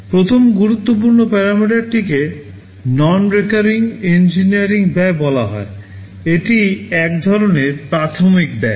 প্রথম গুরুত্বপূর্ণ parameterটিকে নন রিকারিং ইঞ্জিনিয়ারিং ব্যয় বলা হয় এটি এক ধরণের প্রাথমিক ব্যয়